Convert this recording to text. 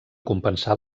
compensar